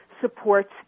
supports